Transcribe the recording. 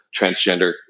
transgender